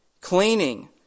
cleaning